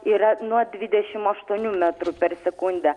yra nuo dvidešimt aštuonių metrų per sekundę